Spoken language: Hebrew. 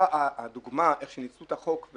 הדוגמה איך שהכניסו את החוק,